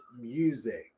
music